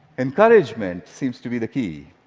encouragement seems to be the key.